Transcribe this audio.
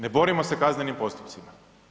Ne borimo se kaznenim postupcima.